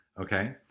Okay